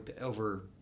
over